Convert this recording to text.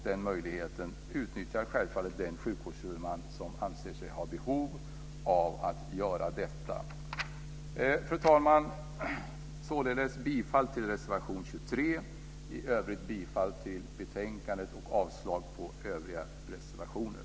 Den möjligheten utnyttjar naturligtvis den sjukvårdshuvudman som anser sig ha behov av att göra det. Fru talman! Jag yrkar alltså bifall till reservation 23. I övrigt yrkar jag bifall till utskottets förslag i betänkandet samt avslag på övriga reservationer.